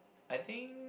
I think